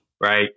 Right